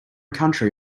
country